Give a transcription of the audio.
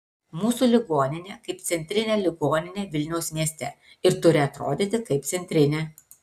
mūsų ligoninė kaip centrinė ligoninė vilniaus mieste ir turi atrodyti kaip centrinė